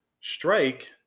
Strike